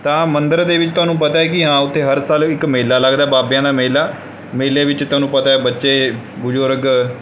ਤਾਂ ਮੰਦਰ ਦੇ ਵਿੱਚ ਤੁਹਾਨੂੰ ਪਤਾ ਹੈ ਕਿ ਹਾਂ ਉੱਥੇ ਹਰ ਸਾਲ ਇੱਕ ਮੇਲਾ ਲੱਗਦਾ ਬਾਬਿਆਂ ਦਾ ਮੇਲਾ ਮੇਲੇ ਵਿੱਚ ਤੁਹਾਨੂੰ ਪਤਾ ਹੈ ਬੱਚੇ ਬਜ਼ੁਰਗ